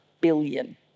billion